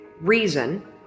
reason